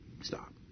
Stop